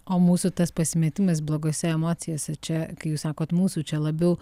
o mūsų tas pasimetimas blogose emocijose čia kai jūs sakot mūsų čia labiau